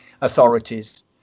authorities